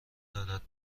دارد